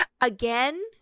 Again